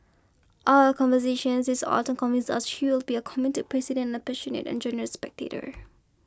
our conversations this autumn convince us she will be a committed president and passionate and generous spectator